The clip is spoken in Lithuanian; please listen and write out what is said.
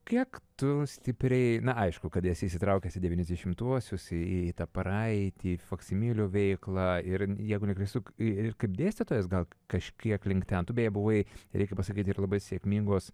kiek tu stipriai aišku kad esi įsitraukęs į devyniasdešimtuosius į tą praeitį faksimilių veiklą ir jeigu neklystu ir kaip dėstytojas gal kažkiek link ten tu beje buvai reikia pasakyti ir labai sėkmingos